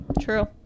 True